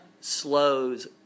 slows